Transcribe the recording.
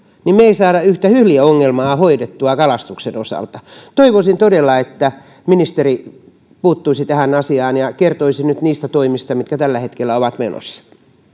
mutta me emme saa yhtä hyljeongelmaa hoidettua kalastuksen osalta toivoisin todella että ministeri puuttuisi tähän asiaan ja kertoisi nyt niistä toimista mitkä tällä hetkellä ovat menossa